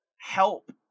help